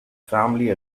family